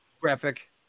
graphic